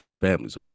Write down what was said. families